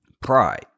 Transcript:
Pride